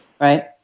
Right